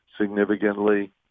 significantly